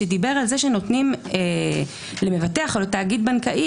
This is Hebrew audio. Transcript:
שדיבר על זה שנותנים למבטח או לתאגיד בנקאי